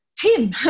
Tim